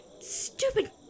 stupid